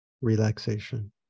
relaxation